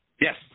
Yes